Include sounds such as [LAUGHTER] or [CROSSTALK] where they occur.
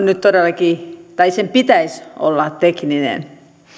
[UNINTELLIGIBLE] nyt todellakin pitäisi olla tekninen